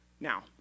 Now